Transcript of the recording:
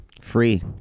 free